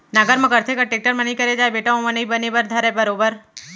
नांगर म करथे ग, टेक्टर म नइ करे जाय बेटा ओमा नइ बने बर धरय बरोबर